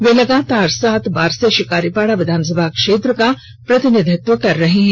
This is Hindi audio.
वे लगातार सात बार से शिकारीपाड़ा विधानसभा क्षेत्र का प्रतिनिधित्व कर रहे हैं